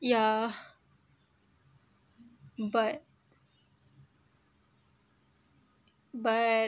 yeah but but